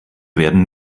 werden